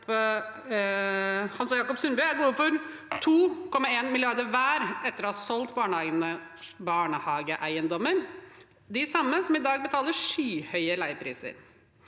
Hans Jacob Sundby, er gode for 2,1 mrd. kr hver etter å ha solgt barnehageeiendommer – de samme der man i dag betaler skyhøye leiepriser.